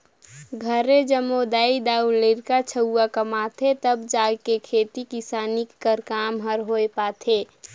घरे जम्मो दाई दाऊ,, लरिका छउवा कमाथें तब जाएके खेती किसानी कर काम हर होए पाथे